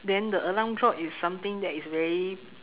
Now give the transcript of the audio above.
then the alarm clock is something that is very